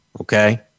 okay